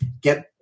get